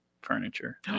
Furniture